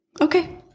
Okay